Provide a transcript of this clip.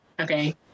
okay